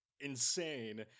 insane